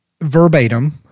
verbatim